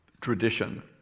tradition